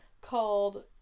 called